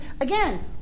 again